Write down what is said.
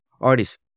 artists